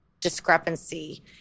discrepancy